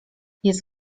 jest